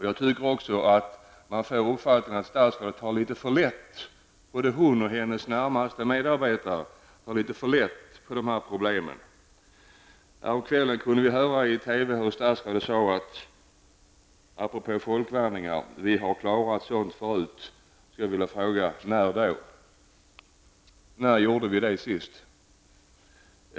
Jag tycker också att man får uppfattningen att både statsrådet och hennes närmaste medarbetare tar litet för lätt på dessa problem. Häromkvällen kunde vi i TV höra hur statsrådet apropå folkvandringar sade att vi har klarat sådant förut. Då skulle jag vilja fråga: När gjorde vi det senast?